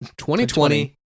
2020